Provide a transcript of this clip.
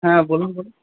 হ্যাঁ বলুন বলুন